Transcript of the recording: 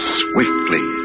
swiftly